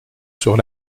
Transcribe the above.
sur